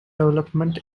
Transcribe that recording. development